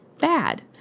bad